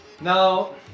Now